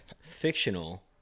fictional